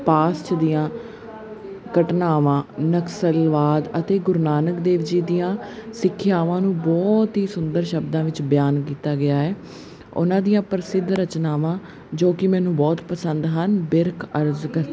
past ਦੀਆਂ ਘਟਨਾਵਾਂ ਨਕਸਲਵਾਦ ਅਤੇ ਗੁਰੂ ਨਾਨਕ ਦੇਵ ਜੀ ਦੀਆਂ ਸਿੱਖਿਆਵਾਂ ਨੂੰ ਬਹੁਤ ਹੀ ਸੁੰਦਰ ਸ਼ਬਦਾਂ ਵਿੱਚ ਬਿਆਨ ਕੀਤਾ ਗਿਆ ਹੈ ਉਹਨਾਂ ਦੀਆਂ ਪ੍ਰਸਿੱਧ ਰਚਨਾਵਾਂ ਜੋ ਕਿ ਮੈਨੂੰ ਬਹੁਤ ਪਸੰਦ ਹਨ ਬਿਰਖ ਅਰਜ ਕਰ